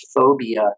phobia